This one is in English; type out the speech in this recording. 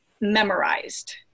memorized